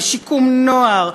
בשיקום נוער,